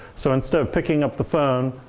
so instead of picking up the phone,